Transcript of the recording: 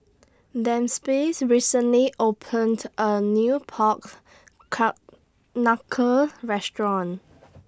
recently opened A New Pork Ka Knuckle Restaurant